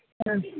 हा